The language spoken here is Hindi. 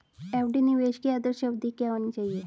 एफ.डी निवेश की आदर्श अवधि क्या होनी चाहिए?